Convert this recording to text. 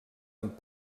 amb